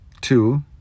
two